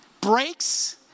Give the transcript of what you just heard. breaks